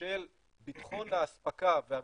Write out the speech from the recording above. של ביטחון האספקה והרציפות,